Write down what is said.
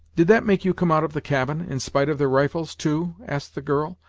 did that make you come out of the cabin, in spite of their rifles, too? asked the girl,